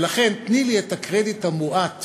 ולכן תני לי את הקרדיט המועט